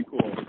cool